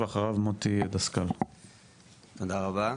תודה רבה.